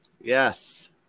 Yes